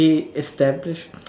they establish